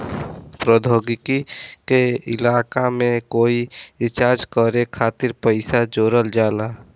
प्रौद्योगिकी के इलाका में कोई रिसर्च करे खातिर पइसा जोरल जाला